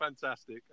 fantastic